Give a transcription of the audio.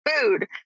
food